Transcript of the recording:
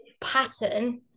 pattern